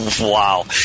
Wow